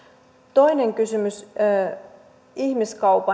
toinen kysymys ihmiskaupan